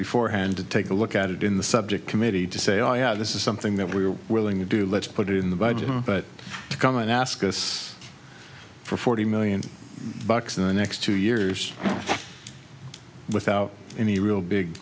before hand to take a look at it in the subject committee to say oh yeah this is something that we were willing to do let's put it in the budget but come and ask us for forty million bucks in the next two years without any real big